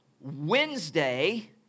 Wednesday